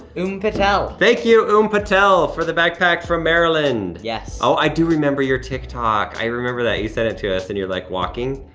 oum patel. thank you, oum patel, for the backpack from maryland. yes. oh, i do remember your tik tok. i remember that you sent it to us, and you're like walking,